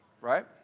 Right